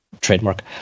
trademark